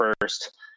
first